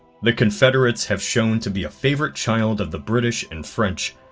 the confederates have shown to be a favourite child of the british and french.